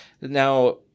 Now